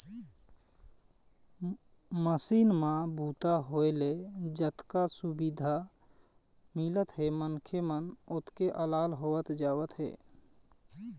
machine म बूता होए ले जतका सुबिधा मिलत हे मनखे मन ओतके अलाल होवत जावत हे